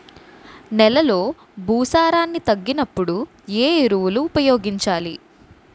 నెలలో భూసారాన్ని తగ్గినప్పుడు, ఏ ఎరువులు ఉపయోగించాలి?